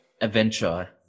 adventure